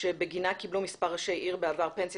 שבגינה קיבלו מספר ראשי עיר בעבר פנסיה